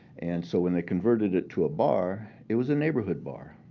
and so when they converted it to a bar, it was a neighborhood bar.